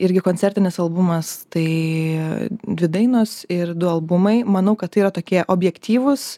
irgi koncertinis albumas tai dvi dainos ir du albumai manau kad tai yra tokie objektyvūs